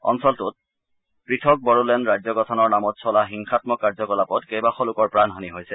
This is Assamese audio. অঞ্চলটোত পৃথক বড়োলেণ্ড ৰাজ্যগঠনৰ নামত চলা হিংসাম্মক কাৰ্যকলাপত কেইবাশ লোকৰ প্ৰাণহানি হৈছে